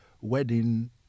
wedding